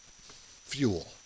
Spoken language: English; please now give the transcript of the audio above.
fuel